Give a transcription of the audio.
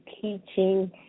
teaching